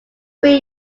three